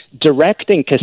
directing